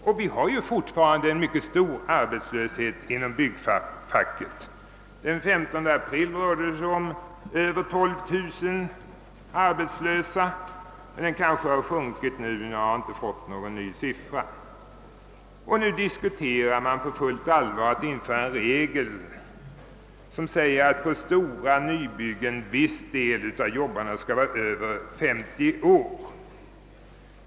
Det råder ju fortfarande en mycket stor arbetslöshet inom byggfacket. Den 15 april fanns det över 12 000 arbetslösa, men antalet kanske har sjunkit nu — jag har inte någon aktuellare siffra. Och nu diskuterar man alltså på fullt allvar att införa en regel att på stora nybyggen en viss del av jobbarna skall vara över 50 år.